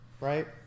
Right